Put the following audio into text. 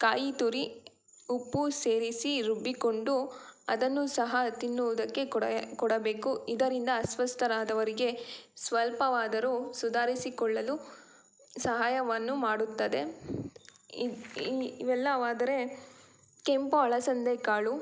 ಕಾಯಿತುರಿ ಉಪ್ಪು ಸೇರಿಸಿ ರುಬ್ಬಿಕೊಂಡು ಅದನ್ನು ಸಹ ತಿನ್ನುವುದಕ್ಕೆ ಕೊಡ ಕೊಡಬೇಕು ಇದರಿಂದ ಅಸ್ವಸ್ಥವಾದವರಿಗೆ ಸ್ವಲ್ಪವಾದರೂ ಸುಧಾರಿಸಿಕೊಳ್ಳಲು ಸಹಾಯವನ್ನು ಮಾಡುತ್ತದೆ ಇವೆಲ್ಲವಾದರೆ ಕೆಂಪು ಅಲಸಂದೆಕಾಳು